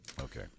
Okay